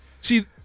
see